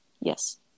Yes